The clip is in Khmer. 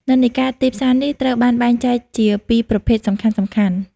និន្នាការទីផ្សារនេះត្រូវបានបែងចែកជាពីរប្រភេទសំខាន់ៗ។